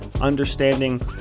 understanding